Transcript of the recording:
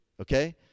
okay